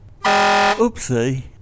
Oopsie